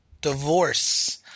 divorce